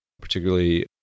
particularly